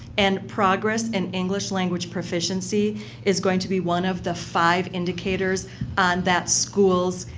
and progress in english language proficiency is going to be one of the five indicators on that schools.